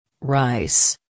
Rice